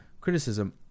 criticism